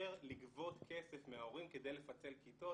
שנאפשר לגבות כסף מההורים כדי לפצל כיתות.